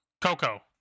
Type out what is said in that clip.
coco